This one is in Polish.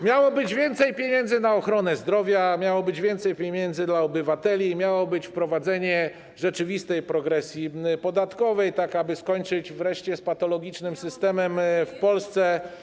Miało być więcej pieniędzy na ochronę zdrowia, miało być więcej pieniędzy na obywateli i miało być wprowadzenie rzeczywistej progresji podatkowej tak, aby skończyć wreszcie z patologicznym systemem w Polsce.